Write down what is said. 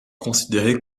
considérée